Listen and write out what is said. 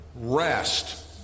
rest